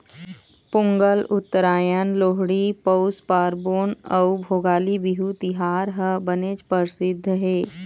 पोंगल, उत्तरायन, लोहड़ी, पउस पारबोन अउ भोगाली बिहू तिहार ह बनेच परसिद्ध हे